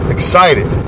Excited